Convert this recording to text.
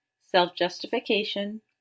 self-justification